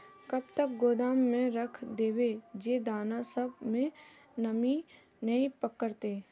कब तक गोदाम में रख देबे जे दाना सब में नमी नय पकड़ते?